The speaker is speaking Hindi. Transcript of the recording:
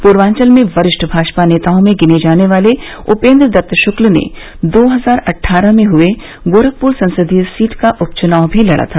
पूर्वाचल में वरिष्ठ भाजपा नेताओं में गिने जाने वाले उपेन्द्र दत्त शुक्ल ने दो हजार अठठारह में हुए गोरखपुर संसदीय सीट का उपचुनाव भी लड़ा था